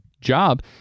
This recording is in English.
job